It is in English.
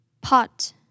pot